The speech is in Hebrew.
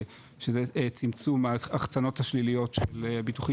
שזה צמצום ההחצנות השליליות של ביטוחים